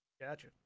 Gotcha